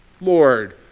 Lord